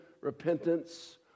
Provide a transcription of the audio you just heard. repentance